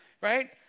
right